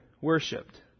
worshipped